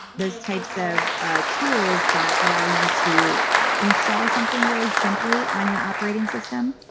those types of ah tools that allow you to install something really simply on your operating system.